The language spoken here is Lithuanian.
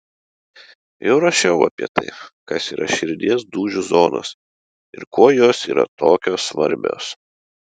jau rašiau apie tai kas yra širdies dūžių zonos ir kuo jos yra tokios svarbios